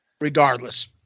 regardless